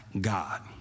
God